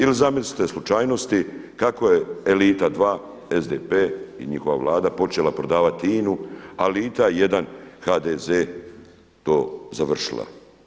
Ili zamislite slučajnosti kako je elita dva SDP i njihova Vlada počela prodavati INA-u a elita jedan HDZ to završila?